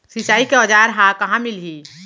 सिंचाई के औज़ार हा कहाँ मिलही?